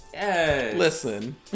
Listen